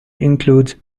includes